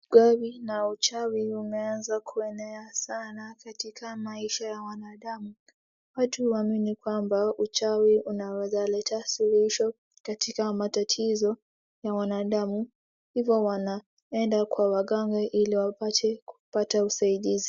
Gawi na uchawi umeanza kuenea sana katika maisha ya wanadamu, watu huamini kwamba uchawi unaweza leta suluhisho katika matatizo ya mwanadamu ,hivo wanaenda kwa waganga ili wapate kupata usaidizi.